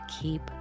keep